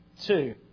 two